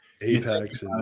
Apex